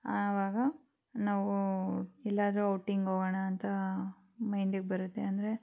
ಆವಾಗ ನಾವು ಎಲ್ಲಾದ್ರೂ ಔಟಿಂಗ್ ಹೋಗೋಣಾಂತ ಮೈಂಡಿಗೆ ಬರುತ್ತೆ ಅಂದರೆ